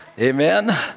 amen